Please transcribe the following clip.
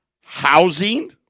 Housing